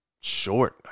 short